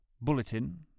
Bulletin